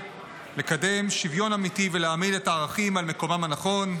לקדם שוויון אמיתי ולהעמיד את הערכים על מקומם הנכון.